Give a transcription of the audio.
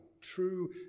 true